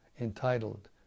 entitled